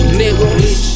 nigga